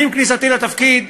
אני, עם כניסתי לתפקיד,